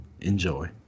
Enjoy